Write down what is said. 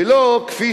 ולא כפי